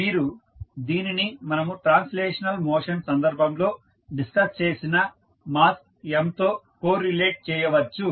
మీరు దీనిని మనము ట్రాన్స్లేషనల్ మోషన్ సందర్భంలో డిస్కస్ చేసిన మాస్ M తో కోరిలేట్ చేయవచ్చు